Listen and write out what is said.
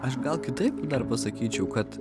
aš gal kitaip dar pasakyčiau kad